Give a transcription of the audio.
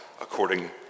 according